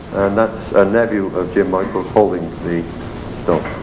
that's a nephew of jim michael holding the so